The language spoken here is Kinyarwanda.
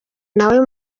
nawe